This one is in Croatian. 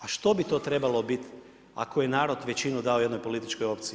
A što bi to trebalo biti ako je narod većinu dao jednoj političkoj opciji?